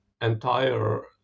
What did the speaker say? entire